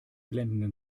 blendenden